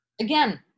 Again